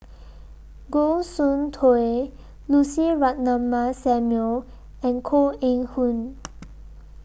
Goh Soon Tioe Lucy Ratnammah Samuel and Koh Eng Hoon